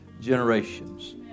generations